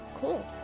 Cool